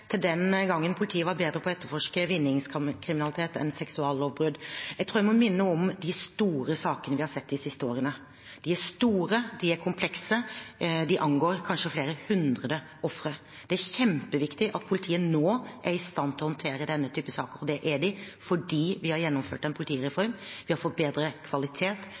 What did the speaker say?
må minne om de store sakene vi har sett de siste årene. De er store, de er komplekse, de angår kanskje flere hundre ofre. Det er kjempeviktig at politiet nå er i stand til å håndtere denne typen saker, og det er de fordi vi har gjennomført en politireform. Vi har fått bedre kvalitet,